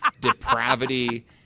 depravity